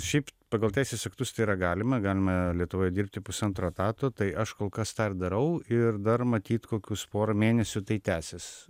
šiaip pagal teisės aktus tai yra galima galima lietuvoje dirbti pusantro etato tai aš kol kas tą ir darau ir dar matyt kokius porą mėnesių tai tęsis